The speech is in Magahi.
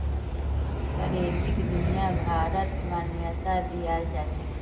करेंसीक दुनियाभरत मान्यता दियाल जाछेक